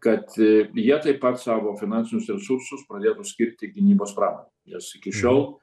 kad jie taip pat savo finansinius resursus pradėtų skirti gynybos pramonei nes iki šiol